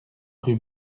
rue